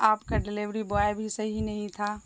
آپ کا delivery boy بھی صحیح نہیں تھا